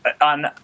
on